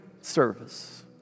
service